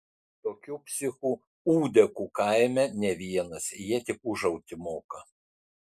tokių psichų ūdekų kaime ne vienas jie tik ūžauti moka